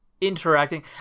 interacting